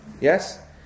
Yes